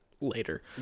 later